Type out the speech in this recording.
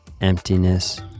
emptiness